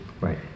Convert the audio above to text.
Right